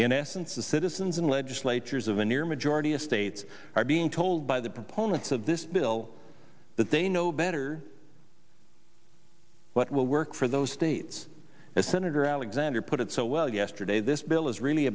in essence the citizens and legislatures of a near majority of states are being told by the proponents of this bill that they know better what will work for those states as senator alexander put it so well yesterday this bill is really